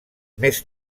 més